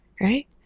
right